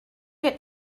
get